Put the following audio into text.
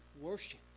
worship